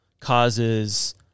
causes